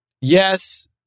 Yes